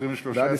בעד,